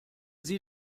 sie